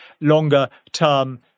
longer-term